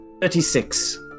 Thirty-six